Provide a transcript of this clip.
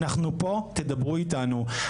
אנחנו פה תדברו אתנו.